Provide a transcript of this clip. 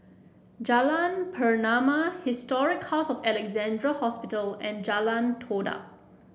Jalan Pernama Historic House of Alexandra Hospital and Jalan Todak